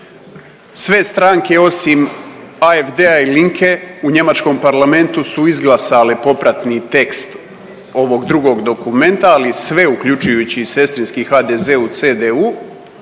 Sve stranke osim AfD-a i Linke u njemačkom parlamentu su izglasale popratni tekst ovog drugog dokumenta, ali i sve uključujući i sestrinski HDZ u CDU